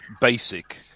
basic